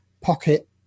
pocket